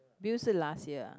Bill 是 last year ah